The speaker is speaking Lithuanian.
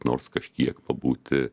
nors kažkiek pabūti